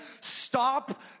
stop